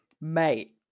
Mate